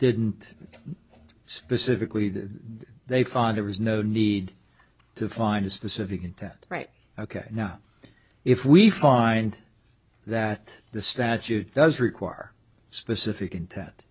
didn't specifically that they find there was no need to find a specific intent right ok now if we find that the statute does require specific intent